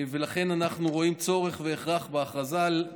ולכן אנחנו רואים צורך והכרח בהכרזה על